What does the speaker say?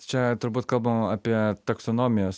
čia turbūt kalbama apie taksonomijos